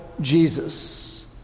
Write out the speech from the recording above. Jesus